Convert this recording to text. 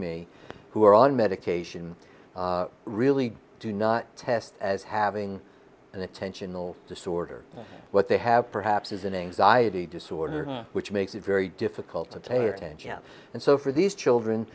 me who are on medication really do not test as having an attentional disorder what they have perhaps is an anxiety disorder which makes it very difficult to tailor anjem and so for these children